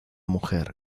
mujer